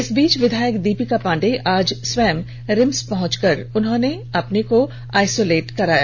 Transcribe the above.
इस बीच विधायक दीपिका पांडेय आज स्वयं रिम्स पहंचकर अपने को आईसोलेट कराया